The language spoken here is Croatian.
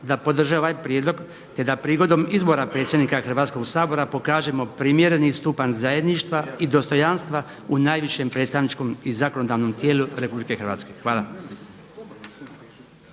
da podrže ovaj prijedlog, te da prigodom izbora predsjednika Hrvatskog sabora pokažemo primjereni stupanj zajedništva i dostojanstva u najvišem predstavničkom i zakonodavnom tijelu RH. Hvala.